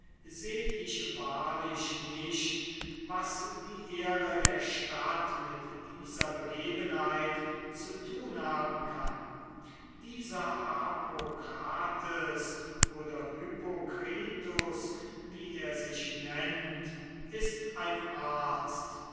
seh ich wahrlich nicht was die ehre der stadt mit dieser begebenheit zu tun haben kann dieser harpokratus oder hypokritus wie er sich nennt ist ein arzt